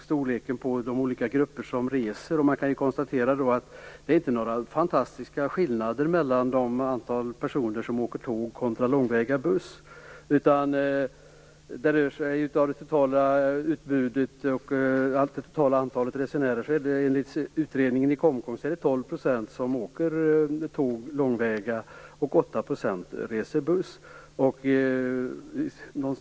Storleken på de grupper som reser har berörts här. Man kan konstatera att det inte är några fantastiska skillnader mellan det antal personer som åker tåg och det antal personer som åker långväga buss. Av det totala antalet resenärer är det enligt utredningen i som reser med buss. Mellan 75 % och 80 % reser alltså med bil.